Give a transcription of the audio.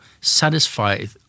satisfied